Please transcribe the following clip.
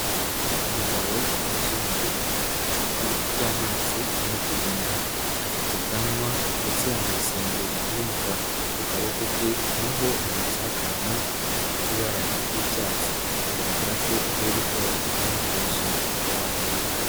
Umugabo w'umuzungu afite icupa ry'amazi arimo kugenda anywa afite ubwanwa ndetse yambaye isengeri y'umukara ku kaboko ke naho haziritse ho akantu gafite ibara ry'icyatsi bigaragara ko avuye gukora imyitozo ngororamubiri.